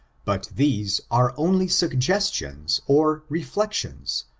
but these are only suggestions or reflections,